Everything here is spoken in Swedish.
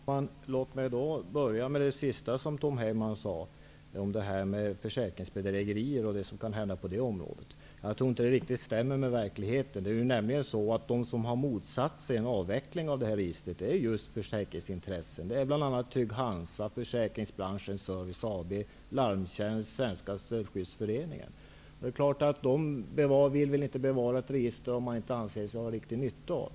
Herr talman! Jag börjar med det sista i Tom Heymans inlägg. Det gäller försäkringsbedrägerier och vad som kan hända på det området. Jag tror inte att det som sades riktigt stämmer överens med verkligheten. De som har motsatt sig en avveckling av registret är nämligen just olika försäkringsintressen. Det handlar bl.a. om Trygg Det är klart att man inte vill bevara ett register som man inte anser sig ha riktig nytta av.